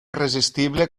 irresistible